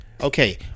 Okay